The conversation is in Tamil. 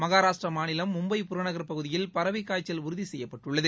மகாராஷ்டிர மாநிலம் மும்பை புறநகர் பகுதியில் பறவைக் காய்ச்சல் உறுதிசெய்யப்பட்டுள்ளது